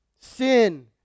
Sin